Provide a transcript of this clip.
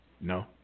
No